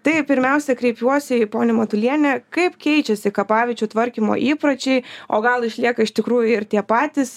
tai pirmiausia kreipiuosi į ponią matulienę kaip keičiasi kapaviečių tvarkymo įpročiai o gal išlieka iš tikrųjų ir tie patys